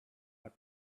but